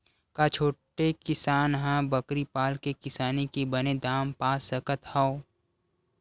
का छोटे किसान ह बकरी पाल के किसानी के बने दाम पा सकत हवय?